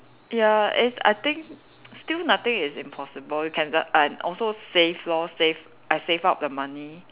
ya and it's I think still nothing is impossible you can just and also save lor save I save up the money